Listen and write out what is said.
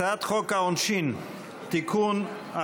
הצעת חוק העונשין (תיקון,